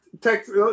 text